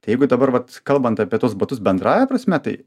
tai jeigu dabar vat kalbant apie tuos batus bendrąja prasme tai